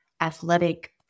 athletic